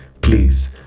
Please